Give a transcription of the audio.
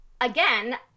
again